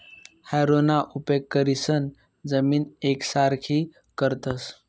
हॅरोना उपेग करीसन जमीन येकसारखी करतस